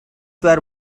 were